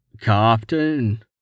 Captain